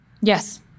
Yes